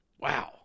Wow